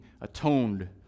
atoned